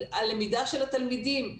הלמידה של התלמידים,